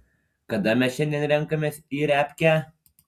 kada mes šiandien renkamės į repkę